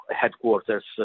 headquarters